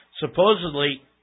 Supposedly